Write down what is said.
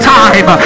time